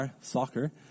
soccer